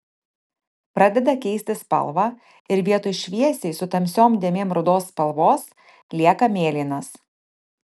pradeda keisti spalvą ir vietoj šviesiai su tamsiom dėmėm rudos spalvos lieka mėlynas